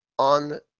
on